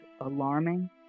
alarming